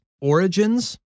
Origins